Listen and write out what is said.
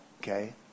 okay